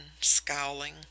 scowling